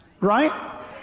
Right